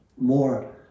more